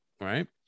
right